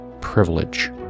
privilege